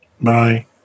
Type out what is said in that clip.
bye